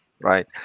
right